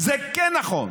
זה כן נכון.